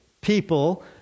people